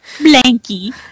Blanky